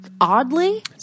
oddly